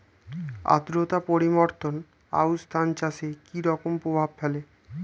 আদ্রতা পরিবর্তন আউশ ধান চাষে কি রকম প্রভাব ফেলে?